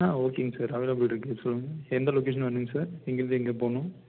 ஆ ஓகேங்க சார் அவைலப்புல்ருக்கு சொல்லுங்கள் எந்த லொக்கேஷன் வேணுங்க சார் எங்கேர்ந்து எங்கே போகனும்